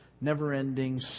never-ending